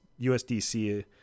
USDC